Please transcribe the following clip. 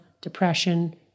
depression